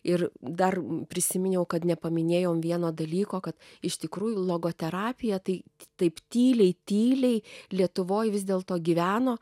ir dar prisiminiau kad nepaminėjom vieno dalyko kad iš tikrųjų logoterapija tai taip tyliai tyliai lietuvoj vis dėl to gyveno